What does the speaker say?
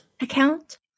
account